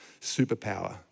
superpower